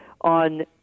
on